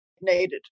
needed